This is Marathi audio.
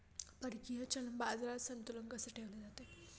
परकीय चलन बाजारात संतुलन कसे ठेवले जाते?